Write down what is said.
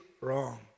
wrong